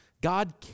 God